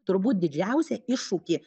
turbūt didžiausią iššūkį